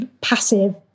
passive